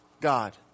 God